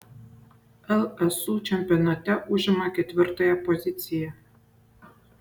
lsu čempionate užima ketvirtąją poziciją